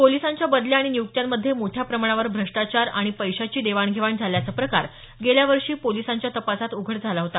पोलिसांच्या बदल्या आणि नियुक्त्यांमध्ये मोठ्या प्रमाणावर भ्रष्टाचार आणि पैशाची देवाणघेवाण झाल्याचा प्रकार गेल्यावर्षी पोलिसांच्या तपासात उघड झाला होता